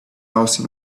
else